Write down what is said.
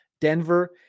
Denver